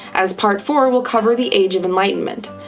as part four will cover the age of enlightenment.